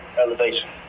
elevation